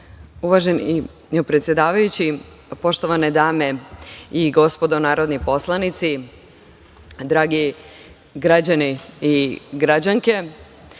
Hvala, predsedavajući. Poštovane dame i gospodo narodni poslanici, dragi građani i građanke,